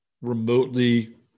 remotely